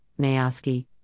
Mayoski